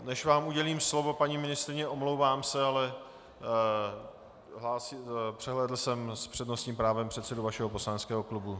Než vám udělím slovo, paní ministryně, omlouvám se, ale přehlédl jsem s přednostním právem předsedu vašeho poslaneckého klubu.